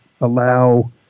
allow